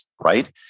right